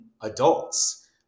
adults